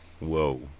whoa